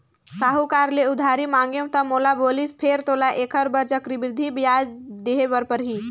साहूकार ले उधारी मांगेंव त मोला बालिस फेर तोला ऐखर बर चक्रबृद्धि बियाज देहे बर परही